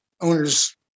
owner's